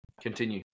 Continue